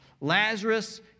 Lazarus